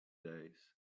days